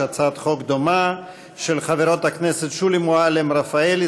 יש הצעת חוק דומה של חברות הכנסת שולי מועלם-רפאלי,